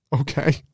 Okay